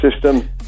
system